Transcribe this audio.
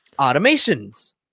automations